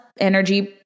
Energy